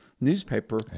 newspaper